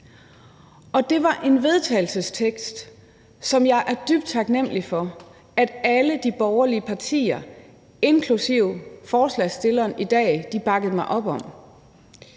og det var en vedtagelsestekst, som jeg er dybt taknemmelig for at de borgerlige partier inklusive forslagsstilleren i dag bakkede op om.